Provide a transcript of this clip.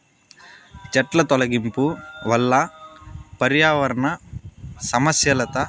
చెట్ల తొలగింపు వల్ల పర్యావరణ సమతుల్యత